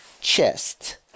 chest